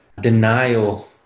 denial